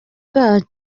kandi